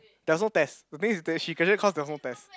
there're no test the thing is that she can really cause there's no test